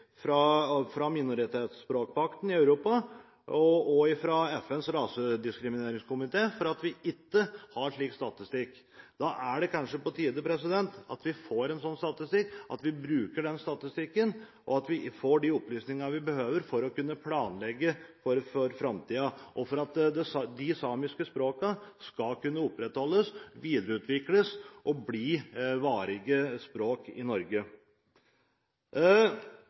fra minoritetsspråkpakten i Europa til FNs rasediskrimineringskomité – for ikke å ha en slik statistikk. Da er det kanskje på tide at vi får en sånn statistikk, at vi bruker den statistikken til å få de opplysningene vi behøver for å kunne planlegge for framtiden, slik at de samiske språkene skal kunne opprettholdes, videreutvikles og bli varige språk i Norge.